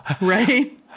right